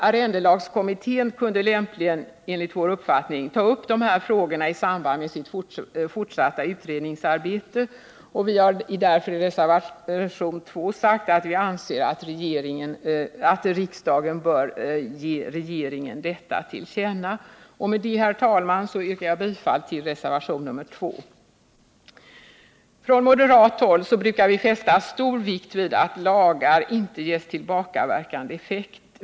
Arrendelagskommittén kunde lämpligen enligt vår uppfattning ta upp dessa frågor i samband med sitt fortsatta utredningsarbete. Vi har därför i reservation 2 sagt, att vi anser att riksdagen bör ge regeringen detta till känna. Med detta, herr talman, yrkar jag bifall till reservation nr 2. Från moderat håll brukar vi fästa stor vikt vid att lagar inte ges tillbakaverkande effekt.